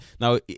Now